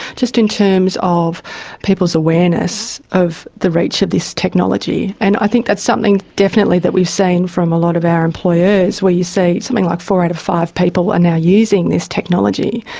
just in terms of people's awareness of the reach of this technology. and i think that's something definitely that we've seen from a lot of our employers where you see something like four out of five people are now using this technology,